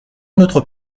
notre